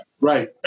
Right